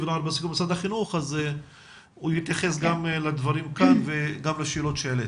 ונוער במשרד החינוך והוא יתייחס לדברים כאן וגם לשאלות שהעליתי.